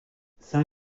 saint